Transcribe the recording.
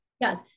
yes